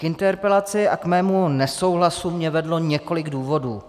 K interpelaci a k mému nesouhlasu mě vedlo několik důvodů.